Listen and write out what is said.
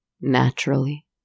Naturally